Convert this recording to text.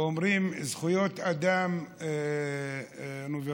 ואומרים זכויות אדם אוניברסליות,